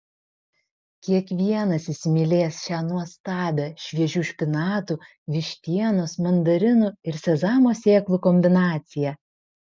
kiekvienas įsimylės šią nuostabią šviežių špinatų vištienos mandarinų ir sezamo sėklų kombinaciją